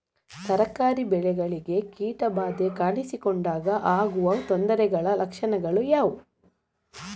ತರಕಾರಿ ಬೆಳೆಗಳಿಗೆ ಕೀಟ ಬಾಧೆ ಕಾಣಿಸಿಕೊಂಡಾಗ ಆಗುವ ತೊಂದರೆಗಳ ಲಕ್ಷಣಗಳು ಯಾವುವು?